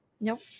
Nope